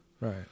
Right